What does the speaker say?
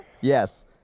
Yes